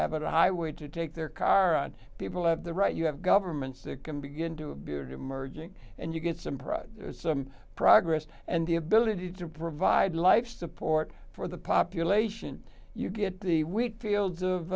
have a highway to take their current people have the right you have governments that can begin to a beard emerging and you get some pride some progress and the ability to provide life support for the population you get the wheat fields of